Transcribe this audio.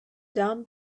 down